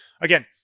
again